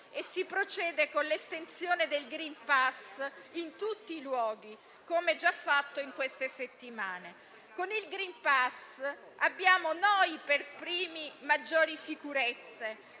e si procede con l'estensione del *green pass* in tutti i luoghi, come già fatto in queste settimane. Con il *green pass* abbiamo noi per primi maggiori sicurezze,